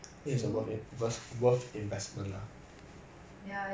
in the long run cause I think also quite 耐 mah I mean you pay like one K plus